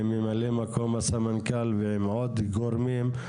עם ממלא מקום הסמנכ"ל ועם עוד גורמים.